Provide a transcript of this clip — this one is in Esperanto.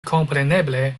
kompreneble